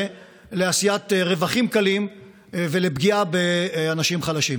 לעשיית רווחים קלים ולפגיעה באנשים חלשים.